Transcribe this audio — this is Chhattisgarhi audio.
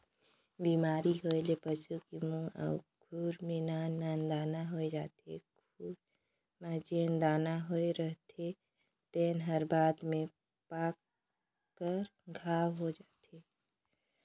बेमारी होए ले पसू की मूंह अउ खूर में नान नान दाना होय जाथे, खूर म जेन दाना होए रहिथे तेन हर बाद में पाक कर घांव हो जाथे